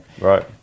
Right